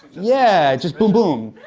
yeah, just boom, boom.